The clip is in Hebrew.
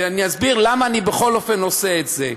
אבל אני אסביר למה אני בכל אופן עושה את זה.